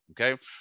Okay